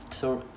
so